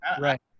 right